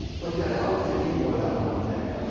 like that outfit you wore that one day.